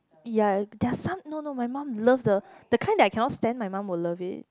ya eh there are some no no my mum love the the kind that I cannot stand my mum would love it